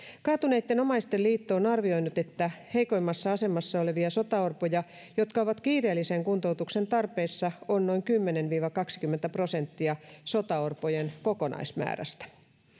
kaatuneitten omaisten liitto on arvioinut että heikoimmassa asemassa olevia sotaorpoja jotka ovat kiireellisen kuntoutuksen tarpeessa on noin kymmenen viiva kaksikymmentä prosenttia sotaorpojen kokonaismäärästä